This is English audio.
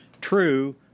True